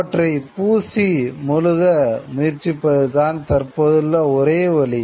அவற்றை பூசி மொழுக முயற்சிப்பது தான் தற்போதுள்ள ஒரே வழி